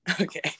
Okay